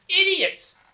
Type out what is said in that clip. Idiots